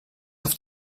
auf